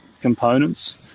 components